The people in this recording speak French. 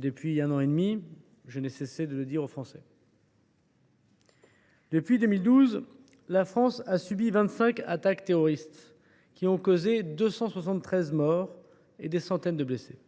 Depuis un an et demi, je n’ai cessé de le dire aux Français. Ainsi, depuis 2012, la France a subi 25 attaques terroristes, qui ont causé 273 morts et des centaines de blessés.